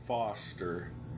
Foster